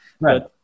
Right